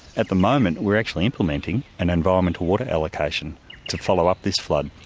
at the moment we are actually implementing an environmental water allocation to follow up this flood.